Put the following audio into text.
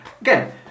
Again